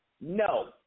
no